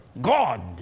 God